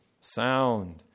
sound